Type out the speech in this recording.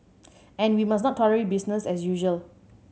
and we must not tolerate business as usual